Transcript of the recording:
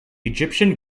egyptian